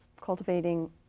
cultivating